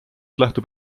lähtub